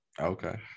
Okay